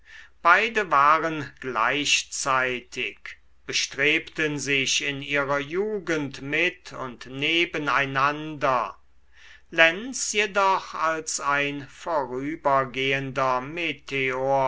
beide waren gleichzeitig bestrebten sich in ihrer jugend mit und neben einander lenz jedoch als ein vorübergehendes meteor